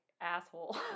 asshole